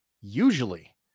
Usually